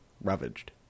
Ravaged